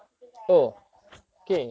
kalau kita dah dah tak payah kerja ah